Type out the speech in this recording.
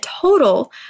total